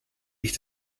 ich